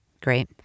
Great